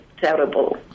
terrible